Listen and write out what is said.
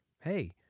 hey